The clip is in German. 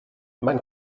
man